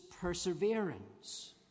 perseverance